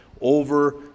over